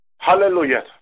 Hallelujah